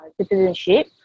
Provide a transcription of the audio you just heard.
citizenship